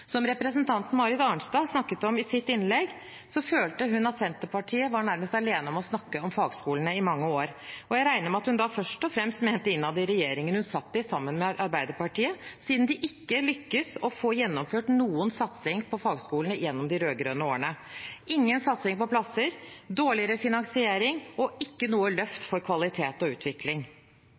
Representanten Marit Arnstad snakket i sitt innlegg om at hun følte Senterpartiet i mange år var nærmest alene om å snakke om fagskolene. Jeg regner med at hun da først og fremst mente innad i regjeringen hun satt i sammen med Arbeiderpartiet, siden de ikke lyktes i å få gjennomført noen satsing på fagskolene gjennom de rød-grønne årene – ingen satsing på plasser, dårligere finansiering og ikke noe løft for kvalitet og utvikling.